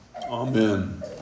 Amen